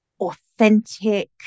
authentic